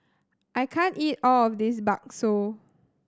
I can't eat all of this Bakso